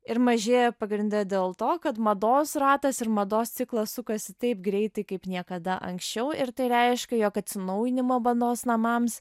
ir mažėja pagrinde dėl to kad mados ratas ir mados ciklas sukasi taip greitai kaip niekada anksčiau ir tai reiškia jog atsinaujinimo mados namams